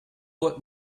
what